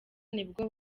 nibwo